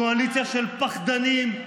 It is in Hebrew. קואליציה של פחדנים,